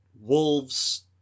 wolves